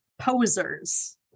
posers